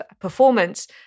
performance